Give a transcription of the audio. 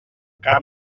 cap